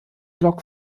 lok